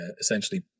essentially